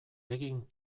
egin